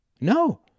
No